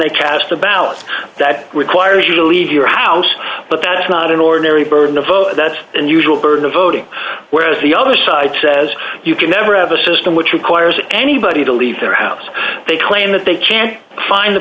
they cast a ballot that requires you to leave your house but that is not an ordinary burden of all that unusual burden of voting whereas the other side says you can never have a system which requires anybody to leave their house they claim that they can't find the